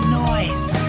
noise